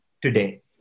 today